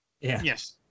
Yes